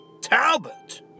Talbot